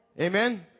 Amen